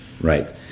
right